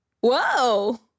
whoa